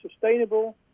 sustainable